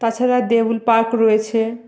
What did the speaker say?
তাছাড়া দেউল পার্ক রয়েছে